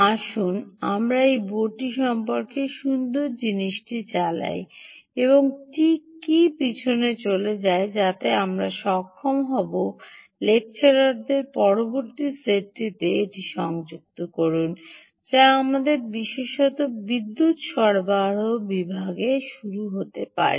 আসুন আমরা এই বোর্ডটি সম্পর্কে সুন্দর জিনিসটি চালাই এবং ঠিক কী পিছনে চলে যায় যাতে আমরা সক্ষম হব লেকচারারদের পরবর্তী সেটটিতে এটি সংযুক্ত করুন যা আমাদের বিশেষত বিদ্যুৎ সরবরাহ বিভাগে শুরু করতে পারে